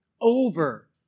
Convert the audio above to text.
over